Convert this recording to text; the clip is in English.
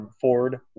Ford